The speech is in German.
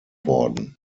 worden